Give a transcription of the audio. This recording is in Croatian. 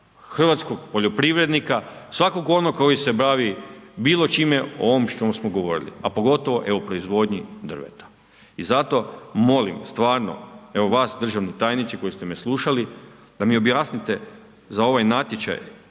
hrvatskog poljoprivrednika, svakog onog koji se bavi bilo čime o ovom o čemu smo govorili a pogotovo evo proizvodnji drveta. I zato molim, stvarno evo vas državni tajniče koji ste me slušali, da mi objasnite za ovaj natječaj